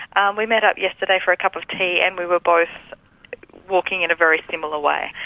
and we met up yesterday for a cup of tea and we were both walking in a very similar way.